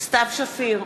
סתיו שפיר,